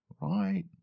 Right